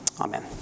Amen